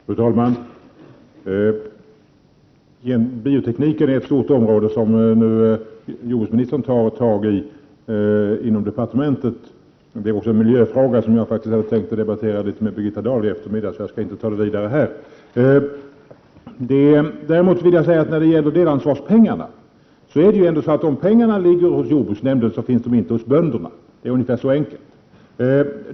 Fru talman! Bioteknik är ett svårt område, som jordbruksministern nu tar tag i inom departementet. Det är också en miljöfråga, som jag faktiskt hade tänkt debattera litet med Birgitta Dahl i eftermiddag, så jag skall inte tala om det nu. Däremot vill jag när det gäller delansvarspengarna säga att om pengarna ligger hos jordbruksnämnden, så finns de inte hos bönderna. Så enkelt är det.